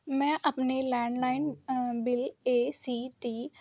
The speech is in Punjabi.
ਮੈਂ ਆਪਣੇ landline bill A C T